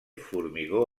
formigó